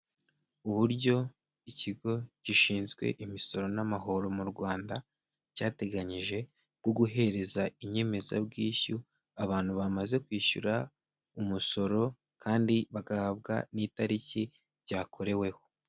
Uburyo ikigo gishinzwe imisoro n'amahoro mu Rwanda, cyateganyije bwo guhereza inyemezabwishyu abantu bamaze kwishyura umusoro kandi bagahabwa n'itariki byakoreweho.